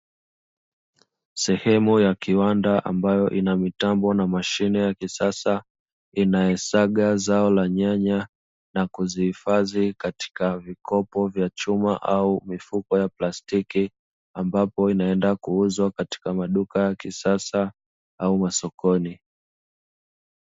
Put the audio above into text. Sehemu ya kiwanda ambayo ina mitambo na mashine ya kisasa, inayosaga zao la nyanya na kuzihifadhi katika vikopo vya chuma au mifuko ya plastiki, ambapo inaenda kuuzwa katika maduka ya kisasa au masokoni.